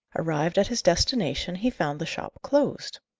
arrived at his destination, he found the shop closed.